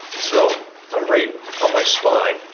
so i'm right on my spine.